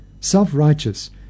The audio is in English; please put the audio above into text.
self-righteous